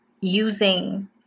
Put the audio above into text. using